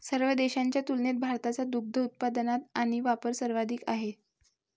सर्व देशांच्या तुलनेत भारताचा दुग्ध उत्पादन आणि वापर सर्वाधिक आहे